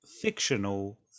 fictional